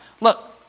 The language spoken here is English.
Look